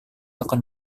akan